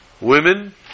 Women